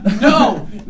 No